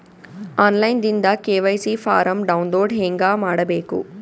On line ದಿಂದ KYC form download ಹೇಂಗ ಮಾಡಬೇಕು?